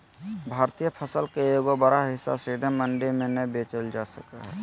भारतीय फसल के एगो बड़ा हिस्सा सीधे मंडी में नय बेचल जा हय